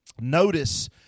Notice